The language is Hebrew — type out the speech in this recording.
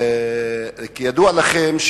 כידוע לכם,